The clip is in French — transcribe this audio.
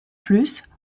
plus